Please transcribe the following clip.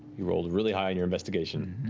you rolled really high on your investigation.